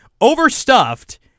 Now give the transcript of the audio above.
Overstuffed